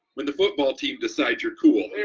when the football team decides you're cool,